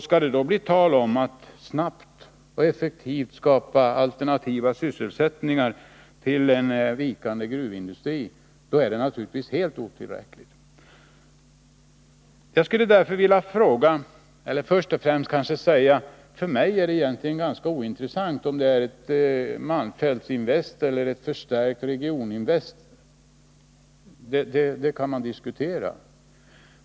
Skall det då bli tal om att snabbt och effektivt skapa alternativ sysselsättning till en vikande gruvindustri, är det helt otillräckligt. För mig är det ganska ointressant om vi skall ha ett Malmfältsinvest eller ett förstärkt Regioninvest — det kan man diskutera.